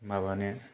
माबानो